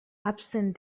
absent